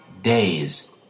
Days